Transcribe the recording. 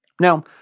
Now